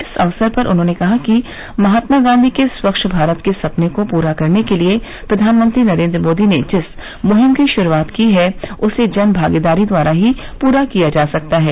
इस अवसर पर उन्होंने कहा कि महात्मा गांधी के स्वच्छ भारत के सपने को पूरा करने के लिए प्रधानमंत्री नरेंद्र मोदी ने जिस मुहिम की शुरूआत की है उसे जन भागीदारी द्वारा ही पूरा किया जा सकता है